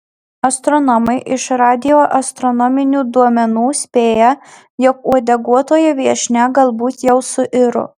astronomai iš radioastronominių duomenų spėja jog uodeguotoji viešnia galbūt jau suiro